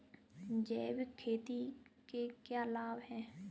जैविक खेती के क्या लाभ हैं?